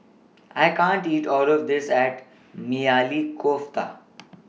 I can't eat All of This At Maili Kofta